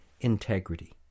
integrity